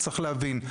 צריך להבין,